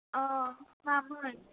अ मामोन